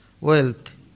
wealth